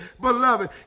beloved